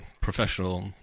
professional